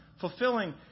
fulfilling